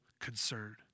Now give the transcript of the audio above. concern